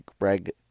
Greg